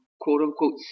quote-unquote